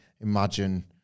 imagine